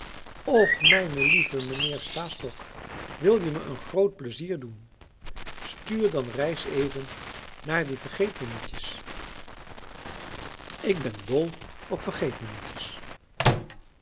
och mijn lieve mijnheer stastok wilje me een groot plezier doen stuur dan reis even naar die vergeetmijnietjes ik ben dol op